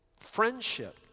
friendship